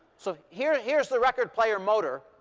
so here's here's the record player motor.